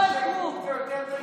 עבאס לא, עבאס לא אוהב כרוב.